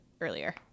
earlier